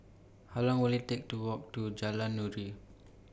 How Long Will IT Take to Walk to Jalan Nuri